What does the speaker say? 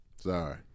Sorry